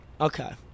Okay